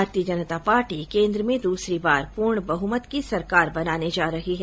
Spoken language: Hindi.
भारतीय जनता पार्टी केन्द्र में दूसरी बार पूर्ण बहुमत की सरकार बनाने जा रही है